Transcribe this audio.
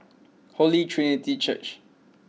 Holy Trinity Church